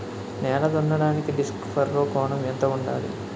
నేల దున్నడానికి disc furrow కోణం ఎంత ఉండాలి?